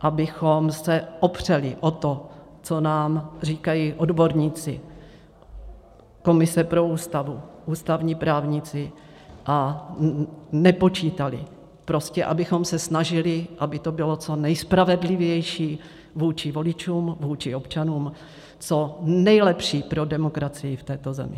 abychom se opřeli o to, co nám říkají odborníci, komise pro Ústavu, ústavní právníci, a nepočítali, prostě abychom se snažili, aby to bylo co nejspravedlivější vůči voličům, vůči občanům, co nejlepší pro demokracii v této zemi.